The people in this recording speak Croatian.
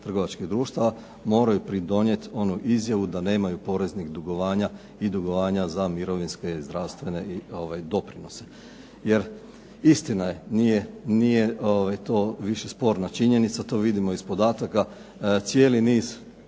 trgovačkih društava moraju pridonijeti onu izjavu da nemaju poreznih dugovanja i dugovanja za mirovinske, zdravstvene doprinose. Jer istina je, nije to više sporna činjenica. To vidimo iz podataka. Cijeli niz